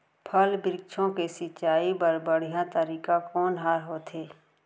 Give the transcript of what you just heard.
फल, वृक्षों के सिंचाई बर बढ़िया तरीका कोन ह होथे?